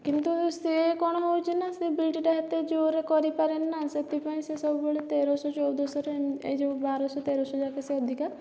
କିନ୍ତୁ ସିଏ କ'ଣ ହେଉଛି ନା ସେ ବିଡ଼ିଟା ଏତେ ଜୋରେ କରିପାରେନି ନା ସେଥିପାଇଁ ସିଏ ସବୁବେଳେ ତେରଶହ ଚଉଦଶହରେ ଏ ଯେଉଁ ବାରଶହ ତେରଶହ ଯାକେ ସେ ଅଧିକା